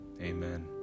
amen